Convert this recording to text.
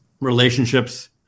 relationships